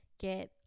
get